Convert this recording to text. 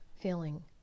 feeling